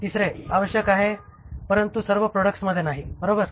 तिसरे आवश्यक आहे परंतु सर्व प्रॉडक्ट्समध्ये नाही बरोबर